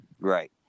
Right